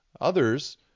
Others